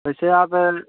वैसे आप अगर